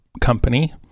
company